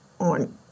on